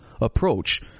approach